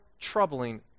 troubling